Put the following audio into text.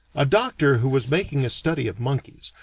a doctor, who was making a study of monkeys,